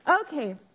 okay